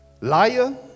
Liar